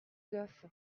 goff